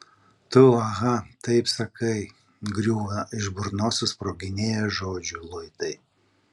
tu aha taip sakai griūva iš burnos susproginėję žodžių luitai